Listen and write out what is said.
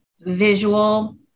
visual